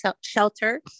shelter